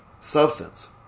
substance